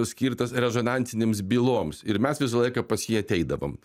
skirtas rezonansinėms byloms ir mes visą laiką pas jį ateidavom